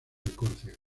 córcega